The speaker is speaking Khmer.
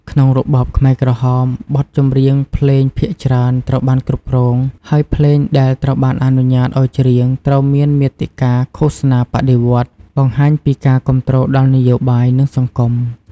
ក្នុងរបបខ្មែរក្រហម បទចម្រៀងភ្លេងភាគច្រើនត្រូវបានគ្រប់គ្រង ហើយភ្លេងដែលត្រូវបានអនុញ្ញាតឲ្យច្រៀងត្រូវមានមាតិកាឃោសនាបដិវត្តន៍ បង្ហាញពីការគាំទ្រដល់នយោបាយ និងសង្គម។